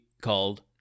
called